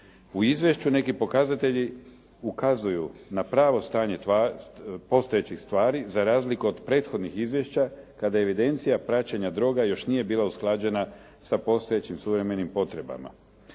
U Izvješću neki pokazatelji ukazuju na pravo stanje postojećih stvari za razliku od prethodnih izvješća, kada je evidencija praćenja droga još nije bila usklađena sa postojećim suvremenim potrebama.